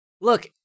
Look